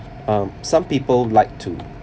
um some people like to